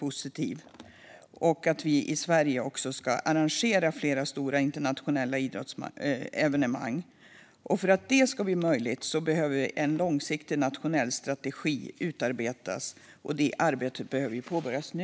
Vi tycker att Sverige ska arrangera fler stora internationella idrottsevenemang. För att det ska bli möjligt behöver en långsiktig nationell strategi utarbetas, och det arbetet behöver påbörjas nu.